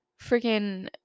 freaking